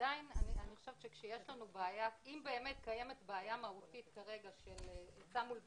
אם באמת קיימת בעיה מהותית כרגע של היצע מול ביקוש,